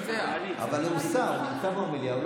השר קרעי, אתה התורן?